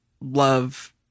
love